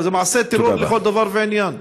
אבל אלה מעשי טרור לכל דבר ועניין.